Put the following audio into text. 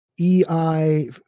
EI